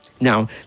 now